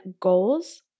goals